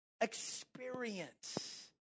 experience